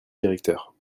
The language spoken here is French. directeur